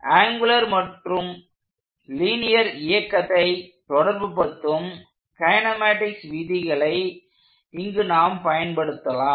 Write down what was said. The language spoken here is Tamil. ஆங்குலர் மற்றும் லீனியர் இயக்கத்தை தொடர்புபடுத்தும் கைனமாடிக்ஸ் விதிகளை இங்கு நாம் பயன்படுத்தலாம்